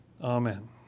Amen